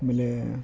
ಆಮೇಲೆ